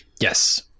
yes